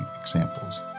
examples